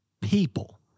people